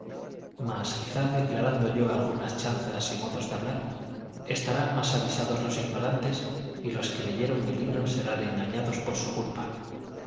mas quizá declarando yo algunas chanzas y modos de hablar estarán más avisados los ignorantes y los que leyeron mi libro serán engañados por su culpa